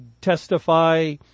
testify